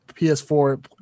PS4